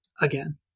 again